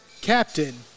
captain